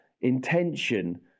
intention